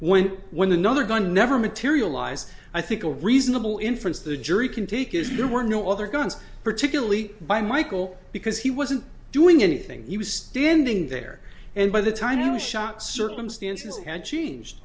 one with another gun never materialized i think a reasonable inference the jury can take is there were no other guns particularly by michael because he wasn't doing anything he was standing there and by the time i was shot circumstances had changed